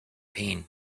pain